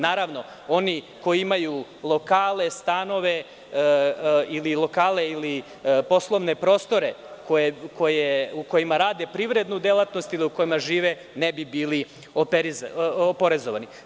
Naravno, oni koji imaju lokale, stanove ili poslovne prostore u kojima rade privrednu delatnost, u kojima žive, ne bi bili oporezovani.